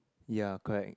ya correct